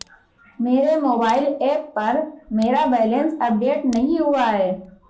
मेरे mobile app पर मेरा बैलेंस अपडेट नहीं हुआ है